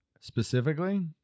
specifically